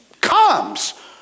comes